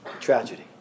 tragedy